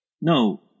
No